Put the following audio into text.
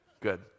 Good